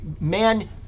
Man